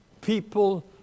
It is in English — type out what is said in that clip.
people